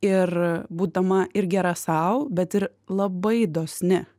ir būdama ir gera sau bet ir labai dosni